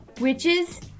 witches